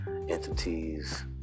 entities